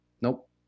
nope